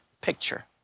picture